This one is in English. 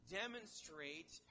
demonstrate